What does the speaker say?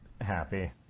happy